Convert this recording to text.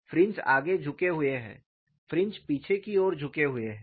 fringe आगे झुके हुए हैं फ्रिंज पीछे की ओर झुके हुए हैं